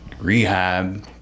rehab